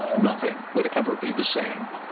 nothing would ever be the same